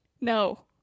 No